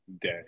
day